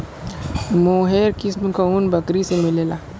मोहेर किस्म क ऊन बकरी से मिलला